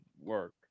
Work